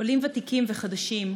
עולים ותיקים וחדשים,